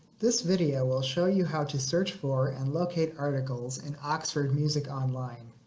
this video will show you how to search for and locate articles in oxford music online.